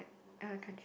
uh countries